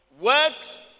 works